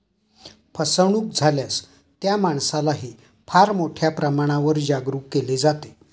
फसवणूक झाल्यास त्या माणसालाही फार मोठ्या प्रमाणावर जागरूक केले जाते